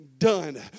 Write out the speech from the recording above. done